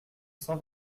sans